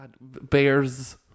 Bears